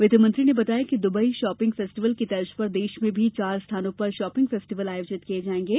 वित्तमंत्री ने बताया कि दुबई शॉपिंग फेस्टिवल की तर्ज पर देश में भी चार स्थानों पर शॉपिंग फेस्टिवल आयोजित किए जाएंगे